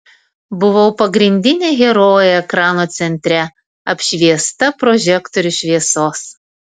buvau pagrindinė herojė ekrano centre apšviesta prožektorių šviesos